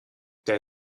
der